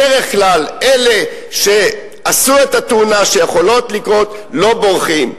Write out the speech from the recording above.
בדרך כלל אלה שעשו את התאונות שיכולות לקרות לא בורחים.